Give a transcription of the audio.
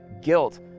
Guilt